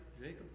Jacob